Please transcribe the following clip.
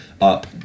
up